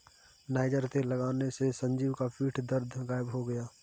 niger तेल लगाने से संजीव का पीठ दर्द गायब हो गया